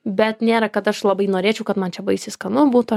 bet nėra kad aš labai norėčiau kad man čia baisiai skanu būtų